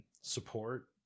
support